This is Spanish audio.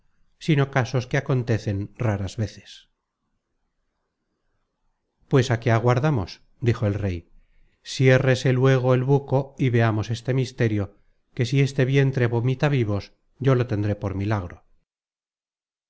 sino casos que acontecen raras pues já qué aguardamos dijo el rey siérrese luego el buco y veamos este misterio que si este vientre vomita vivos yo lo tendré por milagro